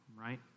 right